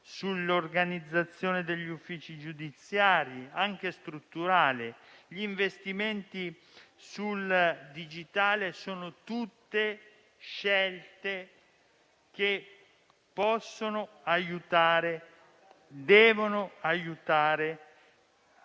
sull'organizzazione degli uffici giudiziari, anche strutturali, gli investimenti sul digitale sono tutte scelte che possono e devono aiutare